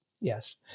yes